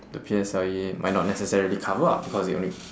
the P_S_L_E might not necessary cover lah because it only